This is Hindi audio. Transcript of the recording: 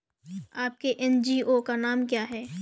आपके एन.जी.ओ का नाम क्या है?